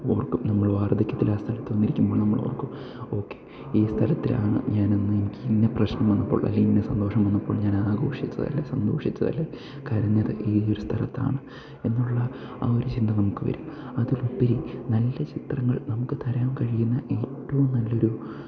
ഓർക്കും നമ്മൾ വാർദ്ധക്യത്തിൽ ആ സ്ഥലത്ത് വന്നിരിക്കുമ്പോൾ നമ്മളോർക്കും ഓക്കെ ഈ സ്ഥലത്തിലാണ് ഞാനന്ന് എനിക്ക് ഇന്ന പ്രശ്നം വന്നപ്പോൾ അല്ലെ ഇന്ന സന്തോഷം വന്നപ്പോൾ ഞാനാഘോഷിച്ചത് അല്ലേ സന്തോഷിച്ചത് അല്ലേ കരഞ്ഞത് ഈ ഒരു സ്ഥലത്താണ് എന്നുള്ള ആ ഒരു ചിന്ത നമുക്ക് വരും അതിലുപരി നല്ല ചിത്രങ്ങൾ നമുക്ക് തരാൻ കഴിയുന്ന ഏറ്റവും നല്ലൊരു